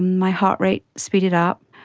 my heart rate speeded up,